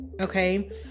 okay